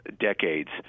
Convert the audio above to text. decades